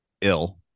ill